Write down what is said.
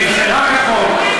היא נבחרה כחוק,